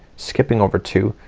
skipping over two,